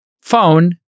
phone